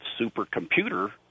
supercomputer